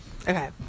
Okay